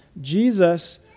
Jesus